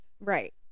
Right